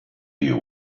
you